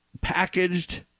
packaged